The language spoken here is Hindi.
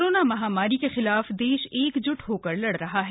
कोविड महामारी के खिलाफ देश एकजुट होकर लड़ रहा है